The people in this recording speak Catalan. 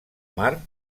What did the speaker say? mar